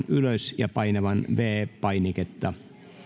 ylös ja painamaan viides painiketta